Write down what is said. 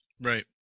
Right